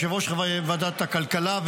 יושב-ראש ועדת הכלכלה,